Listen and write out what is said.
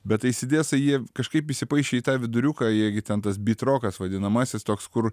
bet eisidesai jie kažkaip įsipaišė į tą viduriuką jie gi ten tas bitrokas vadinamasis toks kur